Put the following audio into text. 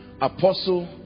apostle